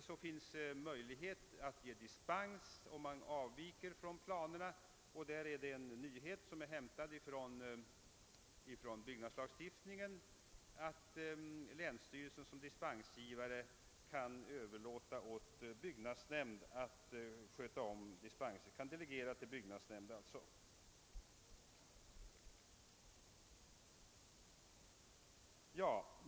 Det finns möjlighet att ge dispens för avvikelser från planerna. En nyhet, som hämtats från byggnadslagstiftningen, är att länsstyrelsen kan delegera dispensgivningen till byggnadsnämnd, vilket är tillfredsställande.